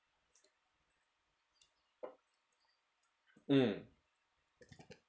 mm